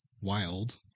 wild